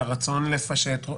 מהרצון לפשט,